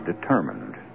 determined